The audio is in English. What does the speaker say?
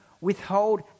withhold